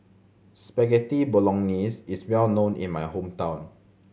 Spaghetti Bolognese is well known in my hometown